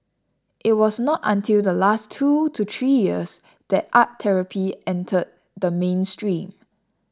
it was not until the last two to three years that art therapy entered the mainstream